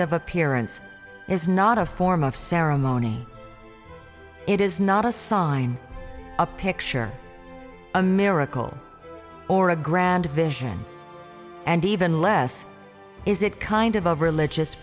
of appearance is not a form of ceremony it is not a sign a picture a miracle or a grand vision and even less is it kind of a religious